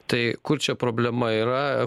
tai kur čia problema yra